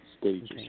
stages